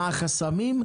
מה החסמים,